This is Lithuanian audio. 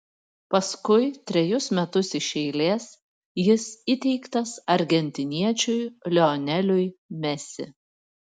paskui trejus metus iš eilės jis įteiktas argentiniečiui lioneliui messi